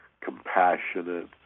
compassionate